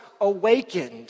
awakened